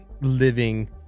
living